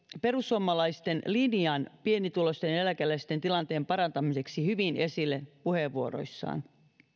perussuomalaisten linjan pienituloisten eläkeläisten tilanteen parantamiseksi hyvin esille puheenvuoroissaan